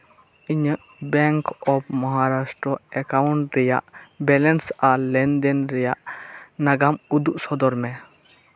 ᱤᱧᱟᱹᱜ bank of Maharashtra account ᱨᱮᱭᱟᱜ balance ᱟᱨ ᱞᱮᱱᱫᱮᱱ ᱨᱮᱭᱟᱜ ᱱᱟᱜᱟᱢ ᱩᱫᱩᱜ ᱥᱚᱫᱚᱨ ᱢᱮ